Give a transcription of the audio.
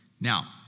Now